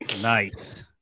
Nice